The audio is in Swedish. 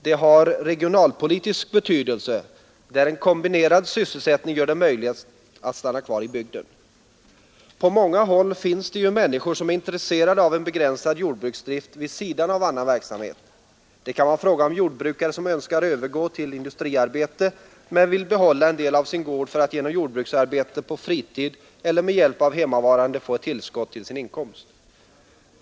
Det har regionalpolitisk betydelse när en kombinerad sysselsättning gör det möjligt att stanna kvar i bygden. På många håll finns det människor som är intresserade av en begränsad jordbruksdrift vid sidan av annan verksamhet. Det kan vara fråga om jordbrukare som önskar övergå till industriarbete men vill behålla en del av sin gård för att genom jordbruksarbete på fritid eller med hjälp av hemmavarande få ett tillskott till sin inkomst.